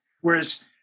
whereas